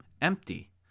empty